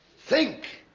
think.